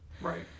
Right